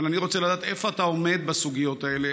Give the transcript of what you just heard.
אבל אני רוצה לדעת איפה אתה עומד בסוגיות האלה.